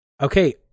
Okay